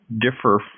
differ